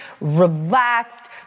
relaxed